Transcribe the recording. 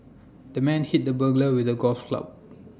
the man hit the burglar with A golf club